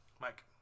Mike